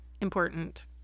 important